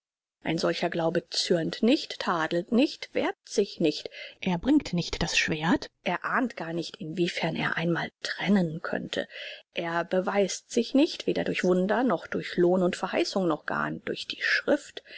ein solcher glaube zürnt nicht tadelt nicht wehrt sich nicht er bringt nicht das schwert er ahnt gar nicht inwiefern er einmal trennen könnte er beweist sich nicht weder durch wunder noch durch lohn und verheißung noch gar durch die schrift